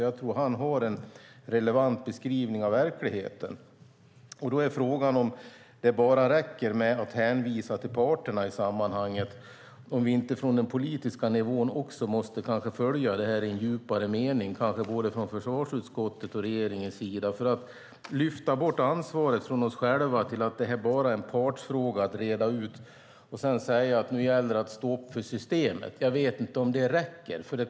Jag tror att han har en relevant beskrivning av verkligheten. Frågan är om det räcker att bara hänvisa till parterna i sammanhanget, om vi inte måste följa detta i en djupare mening också på den politiska nivån, kanske från både försvarsutskottets och regeringens sida. Att lyfta bort ansvaret från oss själva för att detta bara skulle vara en partsfråga att reda ut och sedan säga att det gäller att stå upp för systemet - jag vet inte om det räcker.